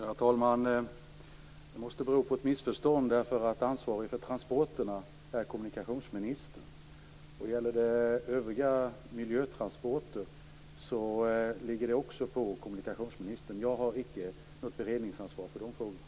Herr talman! Det måste vara ett missförstånd. Ansvarig för transporterna är kommunikationsministern. Gäller det övriga miljötransporter ligger det också på kommunikationsministern. Jag har icke något beredningsansvar för de frågorna.